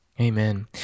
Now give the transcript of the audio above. Amen